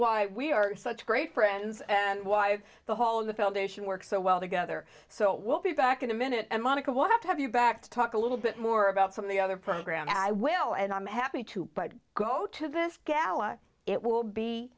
why we are such great friends and why the hall of the foundation work so well together so we'll be back in a minute and monica want to have you back to talk a little bit more about some of the other programs i will and i'm happy to go to this gala it will be